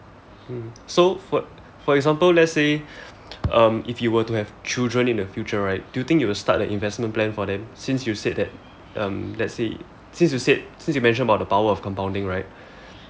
um so for for example let's say um if you were to have children in the future right do you think you would start a investment plan for them since you said that um let's say since you said since you mentioned the power of compounding right